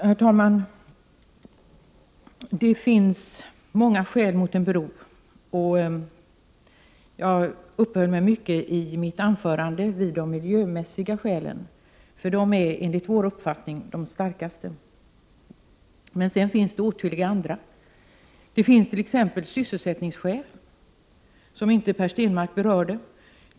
Herr talman! Det finns många skäl mot en bro, och jag uppehöll mig i mitt anförande mycket vid de miljömässiga, för de är enligt vår uppfattning de starkaste. Men sedan finns det åtskilliga andra. Det finns t.ex. sysselsättningskäl, som Per Stenmarck inte berörde.